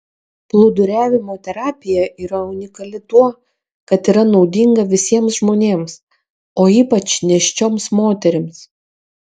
plūduriavimo terapija yra unikali tuo kad yra naudinga visiems žmonėms o ypač nėščioms moterims